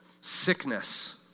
sickness